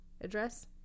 address